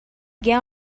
get